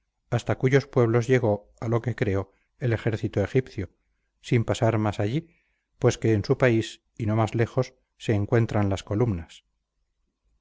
hasta cuyos pueblos llegó a lo que creo el ejército egipcio sin pasar más allí pues que en su país y no más lejos se encuentran las columnas